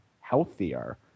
healthier